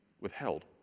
withheld